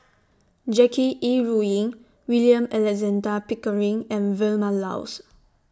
Jackie Yi Ru Ying William Alexander Pickering and Vilma Laus